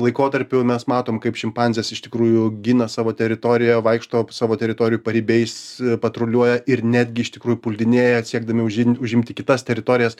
laikotarpiu mes matom kaip šimpanzės iš tikrųjų gina savo teritoriją vaikšto savo teritorijų paribiais patruliuoja ir netgi iš tikrųjų puldinėja siekdami užim užimti kitas teritorijas